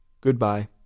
Goodbye